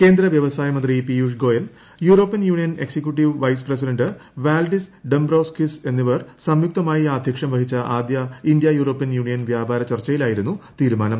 കേന്ദ്ര വ്യവസായമന്ത്രി Piyush Goyal European Union executive ് വൈസ് പ്രസിഡന്റ് വാൾഡിസ് ഡോംബ്റോസ്കിസ്ട് എന്നിവർ സംയുക്തമായി ആധ്യക്ഷം വഹിച്ച ആദ്യ ഇന്ത്യൂ യൂറോപ്യൻ യൂണിയൻ വ്യാപാര ചർച്ചയിലായിരുന്നു തീരുമാനം